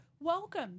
Welcome